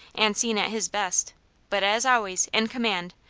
and seen at his best but as always, in command,